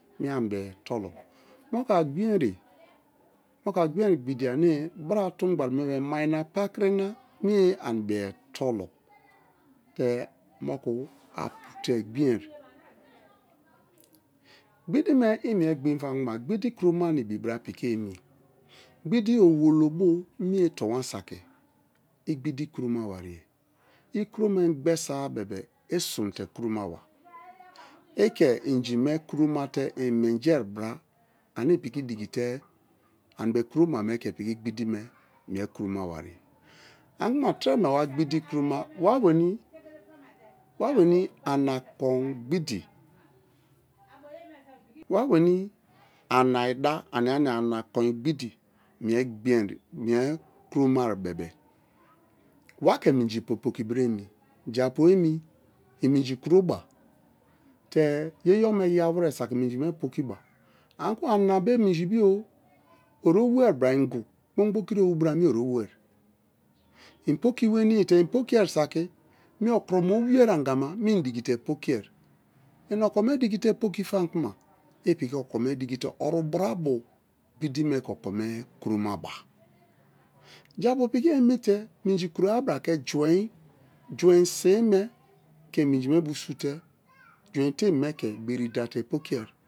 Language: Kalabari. Mie ani̱ be̱ tolo moku̱ agbin ye gbidi ane bra tungbali me, mai na pakri me̱ ani be tolo te moku a pu te gbinye. Gbidi me i mie gbin fama kuma gbidi kroma braa piki ani, gbidi owolo bio̱ ane tonwa saki i gbidi kro mariye ikroma engbesa bebe-e i su̱n te kroma ba ike inji me kromate i menji bra ane i̱ pi̱ki̱ diki te̱ ani bi̱o kroma ke̱ poi̱ki̱ gbidi me mie kromawari. Ani kuna treme wa gbidi kroma wa weni wa weni ana kon gbidi wa wenj ana kon ida ania-nia ana kon gbidi mie gbin mie kromari bebe-e wake minji po̱ki̱-po̱ki̱ bra emi, japu emi i minji kroba te yeyo me yawuwere saki i minji mie pokiba anikuma ana be minji bio ori owuwe bra ingu kpongbo kiri owu bara ane ori owuwe i poki wenii te̱ ipokie saki me okroma owei angame me i dikite pokiye, i okome dikite pokifama kuma i̱ piki okome dikite oru brabo gbidi me ke okome kroma ba jaipu piki emi̱ te̱ mi̱nji̱ kroa-a bra̱ ke juin juin sin me ke mi̱nji̱ me bo̱ su̱ te̱ jui̱n ete̱mi̱ me̱ ke̱ bere da te̱ poki̱e.